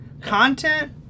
Content